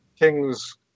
King's